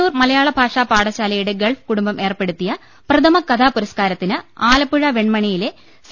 പയ്യന്നൂർ മലയാള ഭാഷാ പുഠശാല്പയുടെ ഗൾഫ് കുടുംബം ഏർപ്പെടുത്തിയ പ്രഥമ കഥാ പുരസ്ക്കാരത്തിന് ആലപ്പുഴ വെൺമണിയിലെ സി